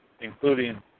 including